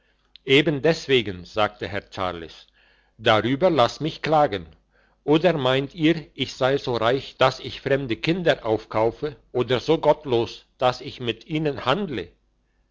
eben deswegen sagte herr charles darüber lasst mich klagen oder meint ihr ich sei so reich dass ich fremde kinder aufkaufe oder so gottlos dass ich mit ihnen handle